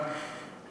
"אלמנארה",